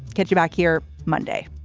catch you back here monday